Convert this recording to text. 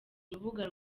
urubuga